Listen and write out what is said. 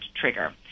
trigger